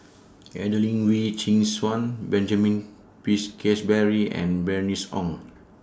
Adelene Wee Chin Suan Benjamin Peach Keasberry and Bernice Ong